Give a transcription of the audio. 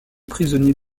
prisonnier